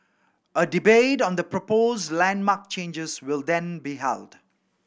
a debate on the proposed landmark changes will then be held